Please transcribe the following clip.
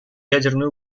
ядерной